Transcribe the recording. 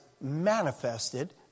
manifested